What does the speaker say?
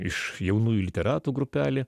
iš jaunųjų literatų grupelė